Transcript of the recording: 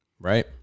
Right